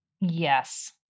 Yes